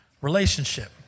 relationship